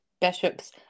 bishops